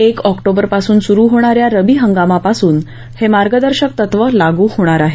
एक ऑक्टोबरपासून सुरू होणाऱ्या रबी हगामापासून हे मार्गदर्शक तत्त्व लागु होणार आहे